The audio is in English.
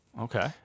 Okay